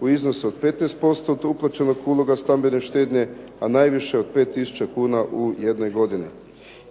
u iznosu od 15% te uplaćenog uloga stambene štednje a najviše od 5 tisuća kuna u jednoj godini.